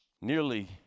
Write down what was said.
Nearly